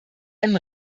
einen